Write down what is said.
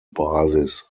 basis